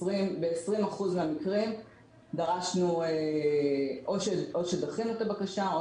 ב-20% מהמקרים או שדחינו את הבקשה או